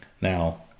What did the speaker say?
Now